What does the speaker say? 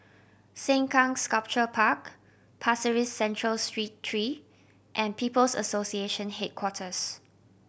Sengkang Sculpture Park Pasir Ris Central Street three and People's Association Headquarters